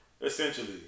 essentially